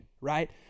right